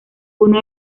uno